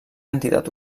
entitat